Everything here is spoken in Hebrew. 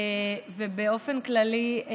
באופן כללי,